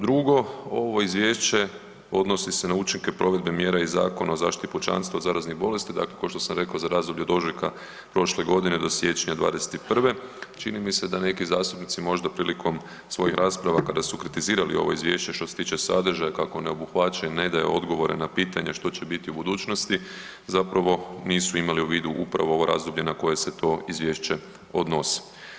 Drugo, ovo izvješće odnosi se na učinke provedbe mjere iz Zakona o zaštiti pučanstva od zaraznih bolesti dakle kao što sam rekao za razdoblje od ožujka prošle godine do siječnja 2021., čini mi se da neki zastupnici možda prilikom svojih rasprava kada su kritiziralo ovo izvješće što se tiče sadržaja kako ne obuhvaća i ne daje odgovore na pitanja što će biti u budućnosti, zapravo nisu imali u vidu upravo ovo razdoblje na koje to izvješće odnosi.